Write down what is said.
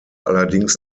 allerdings